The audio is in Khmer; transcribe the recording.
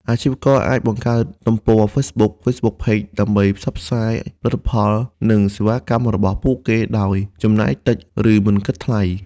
អាជីវករអាច បង្កើតទំព័រ Facebook (Facebook Page) ដើម្បីផ្សព្វផ្សាយផលិតផល និងសេវាកម្មរបស់ពួកគេដោយ ចំណាយតិច ឬមិនគិតថ្លៃ។